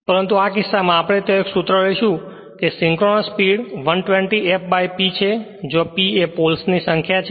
પરંતુ આ કિસ્સામાં આપણે ત્યાં એક સૂત્ર લઈશું કે સિંક્રનસ સ્પીડ 120 f P છે જ્યાં P તે પોલ્સ ની સંખ્યા છે